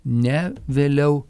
ne vėliau